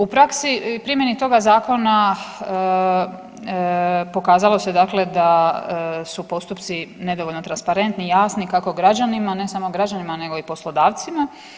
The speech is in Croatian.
U praksi, primjeni toga zakona pokazalo se dakle da su postupci nedovoljno transparentni, jasni kako građanima, ne samo građanima nego i poslodavcima.